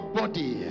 body